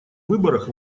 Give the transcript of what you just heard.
выборах